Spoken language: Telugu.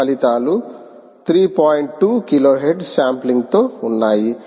2 కిలోహెర్ట్జ్ శాంప్లింగ్ తో ఉన్నాయి